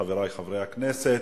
חברי חברי הכנסת,